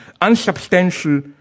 unsubstantial